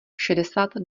šedesát